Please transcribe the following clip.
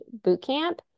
bootcamp